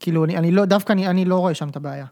כאילו אני לא, דווקא אני לא רואה שם את הבעיה.